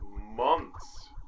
months